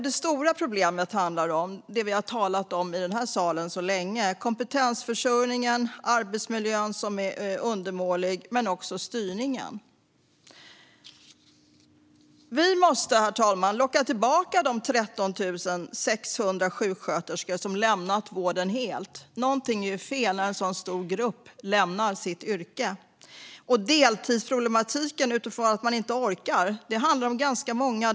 De stora problemen handlar om det som vi har talat om i den här salen så länge, nämligen kompetensförsörjningen, arbetsmiljön som är undermålig och styrningen. Vi måste, herr talman, locka tillbaka de 13 600 sjuksköterskor som har lämnat vården helt. Någonting är fel när en så stor grupp lämnar sitt yrke. Deltidsproblematiken, utifrån att man inte orkar, handlar om ganska många.